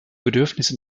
bedürfnisse